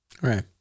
right